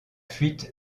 fuite